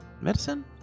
Medicine